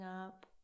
up